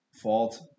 fault